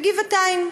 בגבעתיים.